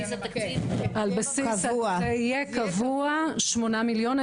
על בסיס, זה יהיה קבוע שמונה מיליון.